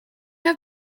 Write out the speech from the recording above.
have